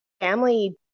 family